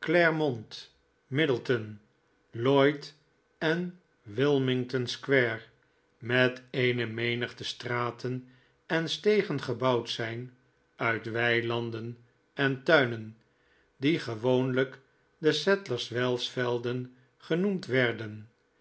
middleton lloyd en wilmington square met eene menigte straten en stegen gebouwd zijn uit weilanden entuinen die gewoonlijk de sadlers wells veldengenoemd werden